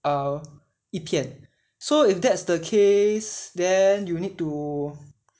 err 一片 so if that's the case then you need to